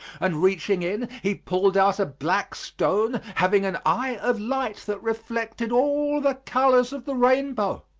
and reaching in he pulled out a black stone having an eye of light that reflected all the colors of the rainbow,